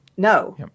No